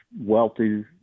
wealthy